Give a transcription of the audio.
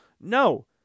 No